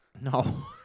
No